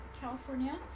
California